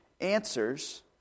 answers